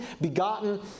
begotten